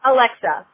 Alexa